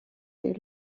they